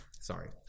sorry